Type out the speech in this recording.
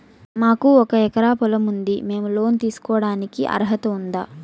మాకు ఒక ఎకరా పొలం ఉంది మేము లోను తీసుకోడానికి అర్హత ఉందా